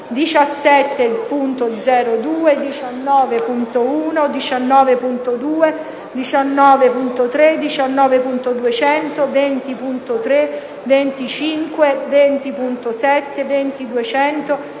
17.0.2, 19.1, 19.2, 19.3, 19.200, 20.3, 20.5, 20.7. 20.200,